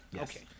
okay